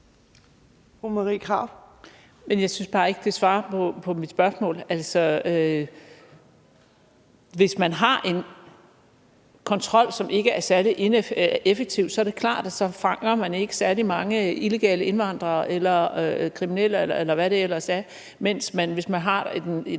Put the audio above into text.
hvis man har en kontrol, som ikke er særlig effektiv, så er det klart, at så fanger man ikke særlig mange illegale indvandrere eller kriminelle, eller hvad det